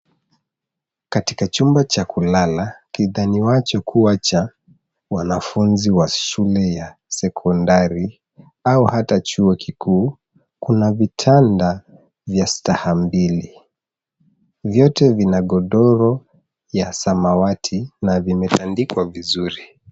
Katika chumba cha kulala kidhaniwacho kuwa cha wanafunzi wa shule ya sekondari au hata chuo kikuu, kuna vitanda vya staha mbili. Vyote vina godoro ya samawati na vimetandikwa vizuri.